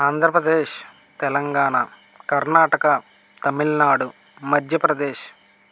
Andhra Pradesh Telangana Karnataka Tamil Nadu Madhya Pradesh